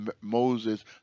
Moses